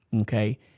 okay